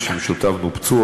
ושמשותיו נופצו.